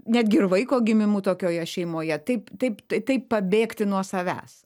netgi ir vaiko gimimų tokioje šeimoje taip taip taip pabėgti nuo savęs